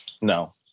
No